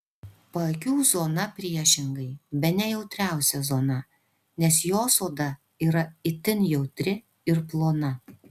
paakių zona priešingai bene jautriausia zona nes jos oda yra itin jautri ir plona